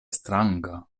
stranga